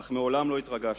אך מעולם לא התרגשתי.